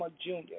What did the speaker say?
Junior